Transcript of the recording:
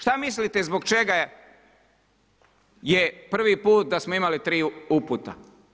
Šta mislite zbog čega je prvi put da smo imali tri uputa?